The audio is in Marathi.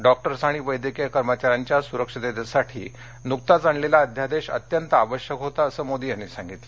डॉक्टर्स आणि वैद्यकीय कर्मचाऱ्यांच्या सुरक्षिततेसाठी नुकताच आणलेला अध्यादेश अत्यंत आवश्यक होता असं मोदी म्हणाले